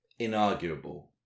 inarguable